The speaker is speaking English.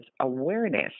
awareness